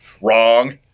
Wrong